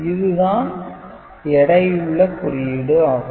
இதுதான் எடையுள்ள குறியீடு ஆகும்